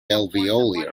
alveolar